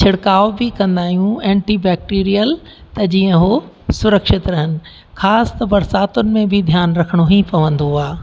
छिड़काव बि कंदा आहियूं एंटीबेक्टेरियल त जीअं उहो सुरक्षित रहनि ख़ासि त बरसातुनि में बि ध्यानु रखिणो ई पवंदो आहे